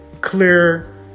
clear